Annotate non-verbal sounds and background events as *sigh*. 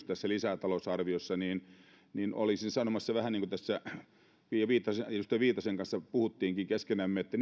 *unintelligible* tässä lisätalousarviossa on oikein kysymys niin olisin sanomassa vähän niin kuin tässä edustaja viitasen kanssa puhuttiinkin keskenämme että *unintelligible*